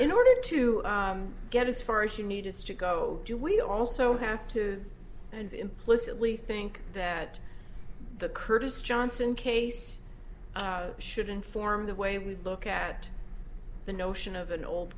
in order to get as far as you need is to go do we also have to and implicitly think that the curtis johnson case should inform the way we look at the notion of an old